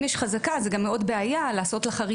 אם יש חזקה, אז זה גם מאוד בעיה לעשות לה חריגים.